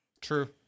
true